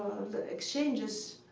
exchanges.